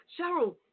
Cheryl